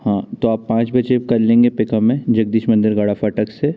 हाँ तो आप पाँच बजे कर लेंगे पिक हमें जगदीश मंदिर गड़ा फाटक से